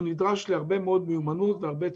הוא נדרש להרבה מאוד מיומנות והרבה צוות.